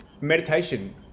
meditation